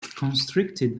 constricted